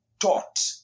taught